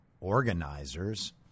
organizers